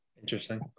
Interesting